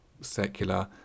secular